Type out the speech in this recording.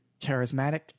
charismatic